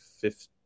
fifth